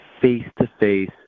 face-to-face